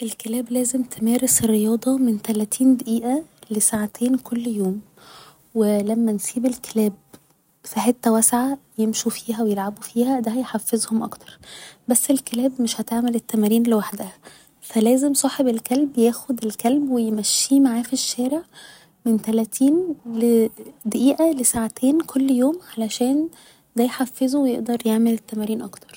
الكلاب لازم تمارس رياضة من تلاتين دقيقة لساعتين كل يوم و لما نسيب الكلاب في حتة واسعة يمشوا فيها و يلعبوا فيها ده هيحفزهم اكتر بس الكلاب مش هتعمل التمارين لوحدها فلازم صاحب الكلب ياخد الكلب و يمشيه معاه في الشارع من تلاتين دقيقة لساعتين كل يوم علشان ده يحفزه و يقدر يعمل التمارين اكتر